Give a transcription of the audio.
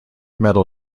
medal